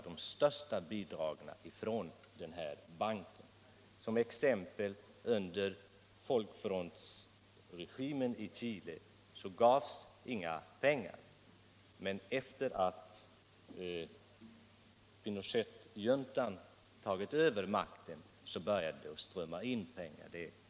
Som exempel kan jag nämna att under folkfrontsregimen i Chile gavs inga pengar, men efter det att Pinochet-juntan tagit över makten började det strömma in pengar.